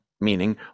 meaning